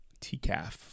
TCAF